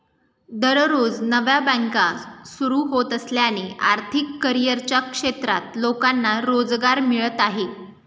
दररोज नव्या बँका सुरू होत असल्याने आर्थिक करिअरच्या क्षेत्रात लोकांना रोजगार मिळत आहे